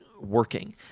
working